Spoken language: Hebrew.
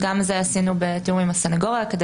גם זה עשינו בתיאום עם הסנגוריה כדי